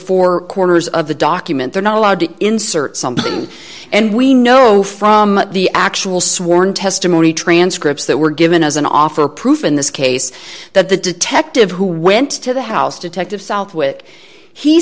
four corners of the document they're not allowed to insert something and we know from the actual sworn testimony transcripts that were given as an offer proof in this case that the detective who went to the house detective southwick he